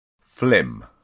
flim